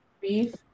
Beef